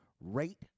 rate